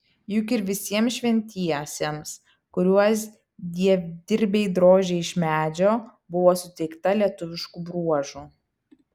juk ir visiems šventiesiems kuriuos dievdirbiai drožė iš medžio buvo suteikta lietuviškų bruožų